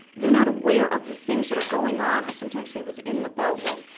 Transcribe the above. they're not aware of the things that are going on, i sometimes say within the beltway,